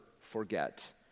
forget